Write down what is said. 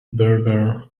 berber